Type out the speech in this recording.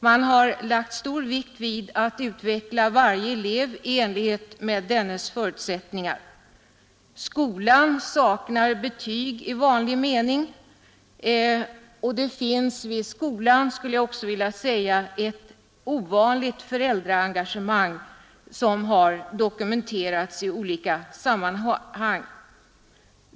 Man har lagt stor vikt vid att utveckla varje elev i enlighet med dennes förutsättningar. Skolan saknar betyg i vanlig mening, och det finns i skolan, skulle jag också vilja säga, ett ovanligt föräldraengagemang som har dokumenterats i olika sammanhang.